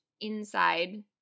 Inside